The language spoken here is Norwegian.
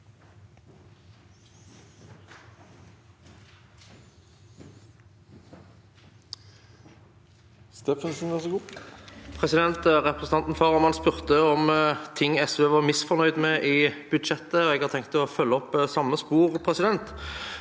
Representanten Farahmand spurte om ting SV var misfornøyd med i budsjettet, og jeg har tenkt å følge opp i samme spor. I E24 1.